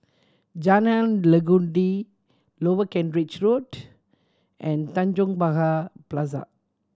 Jalan Legundi Lower Kent Ridge Road and Tanjong Pagar Plaza